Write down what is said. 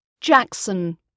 Jackson